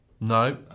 No